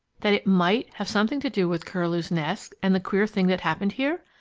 that it might have something to do with curlew's nest and the queer thing that happened here?